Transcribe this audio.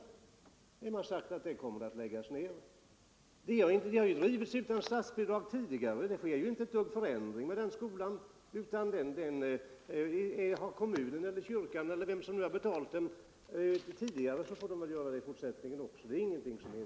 Vem har sagt att någon etablerad skola kommer att läggas ned? Den har drivits utan statsbidrag tidigare. Någon förändring sker inte, utan den instans som har betalat skolan tidigare — kommunen eller kyrkan —- får göra det också i fortsättningen.